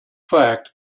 fact